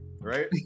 right